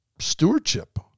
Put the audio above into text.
stewardship